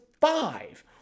five